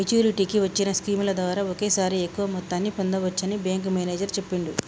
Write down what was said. మెచ్చురిటీకి వచ్చిన స్కీముల ద్వారా ఒకేసారి ఎక్కువ మొత్తాన్ని పొందచ్చని బ్యేంకు మేనేజరు చెప్పిండు